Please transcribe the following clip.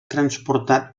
transportat